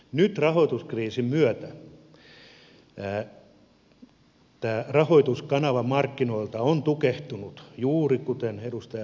nyt rahoituskriisin myötä tämä rahoituskanava markkinoilta on tukehtunut juuri kuten edustaja pekkarinen kuvasi